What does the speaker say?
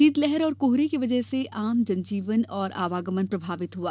शीतलहर और कोहरे की वजह से आम जन जीवन और आवागमन प्रभावित हुआ